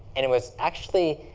and it was actually,